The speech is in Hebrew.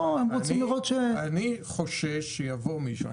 אני חושש שיבוא מישהו.